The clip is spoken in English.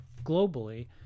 globally